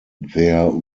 their